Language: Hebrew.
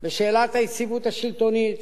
בשאלת היציבות השלטונית,